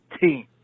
team